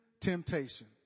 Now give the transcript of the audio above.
temptation